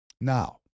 Now